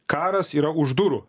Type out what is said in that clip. karas yra už durų